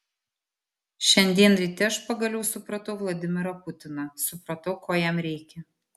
šiandien ryte aš pagaliau supratau vladimirą putiną supratau ko jam reikia